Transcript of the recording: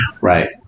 Right